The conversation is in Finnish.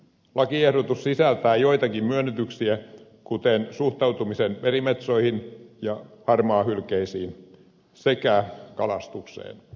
lakiehdotus sisältää joitakin myönnytyksiä kuten suhtautumisen merimetsoihin ja harmaahylkeisiin sekä kalastukseen